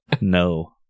no